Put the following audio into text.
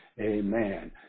amen